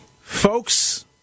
folks